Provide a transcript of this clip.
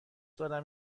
دارم